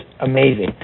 amazing